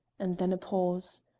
and then a pause.